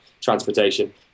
transportation